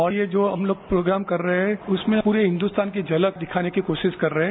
और ये जो हम लोग प्रोग्राम कर रहे हैं उसमें पूरे हिन्दूस्तान की झलक दिखाने की कोशिश कर रहे हैं